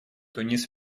тунис